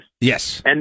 Yes